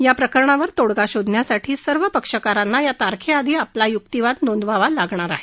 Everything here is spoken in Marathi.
या प्रकरणावर तोडगा शोधण्यासाठी सर्व पक्षकारांना या तारखेआधी आपला युक्तीवाद नोंदवावा लागणार आहे